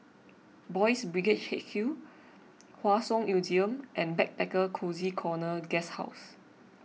Boys' Brigade H Q Hua Song Museum and Backpacker Cozy Corner Guesthouse